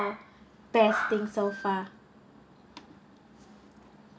best thing so far